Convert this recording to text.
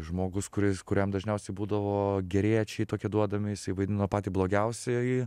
žmogus kuris kuriam dažniausiai būdavo geriečiai tokie duodami jisai vaidino patį blogiausiąjį